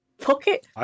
Pocket